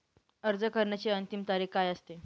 अर्ज करण्याची अंतिम तारीख काय असते?